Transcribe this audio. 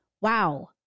wow